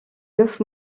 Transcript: neuf